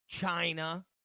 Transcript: China